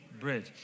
bridge